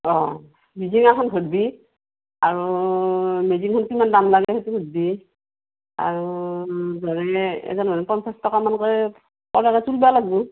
অঁ মেজিক এখন ধৰিবি আৰু মেজিকখন কিমান দাম লাগে সেইটো সুধিবা আৰু এজন মানুহে পঞ্চাচ টকা মানকৈ তুলিব লাগিব